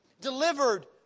Delivered